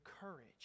courage